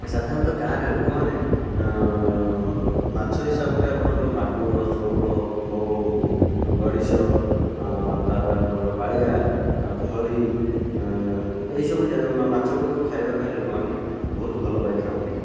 ସାଧାରଣତଃ ଗାଁରେ ଲୋକମାନେ ମାଛ ହିସାବରେ ଆପଣଙ୍କର ମାଗୁର ଶଉଳ କଉ ଗଡ଼ିସ ତାପରେ ଆପଣଙ୍କର ବାଳିଆଫଳି ଏଇସବୁ ମାଛ ଗୁଡ଼ିକୁ ଖାଇବା ପାଇଁ ଲୋକମାନେ ବହୁତ ଭଲ ପାଇଥାନ୍ତି